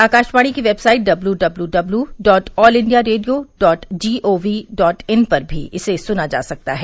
आकाशवाणी की website W W W W dot all India radio dot G O V dot in पर भी इसे सुना जा सकता है